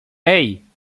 hey